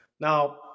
Now